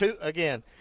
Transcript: Again